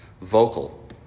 vocal